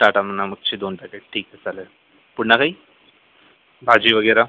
टाटा नमकची दोन पॅकेट ठीक आहे चालेल पुन्हा काही भाजी वगैरे